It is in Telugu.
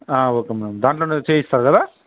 ఆ ఓకే మేడం దానిలోనే చేస్తారు కదా